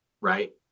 Right